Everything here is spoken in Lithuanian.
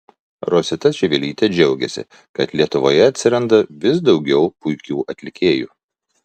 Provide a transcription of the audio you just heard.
rosita čivilytė džiaugėsi kad lietuvoje atsiranda vis daugiau puikių atlikėjų